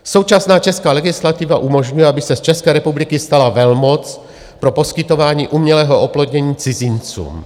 Současná česká legislativa umožňuje, aby se z České republiky stala velmoc pro poskytování umělého oplodnění cizincům.